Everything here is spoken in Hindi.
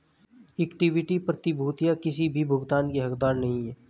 इक्विटी प्रतिभूतियां किसी भी भुगतान की हकदार नहीं हैं